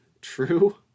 true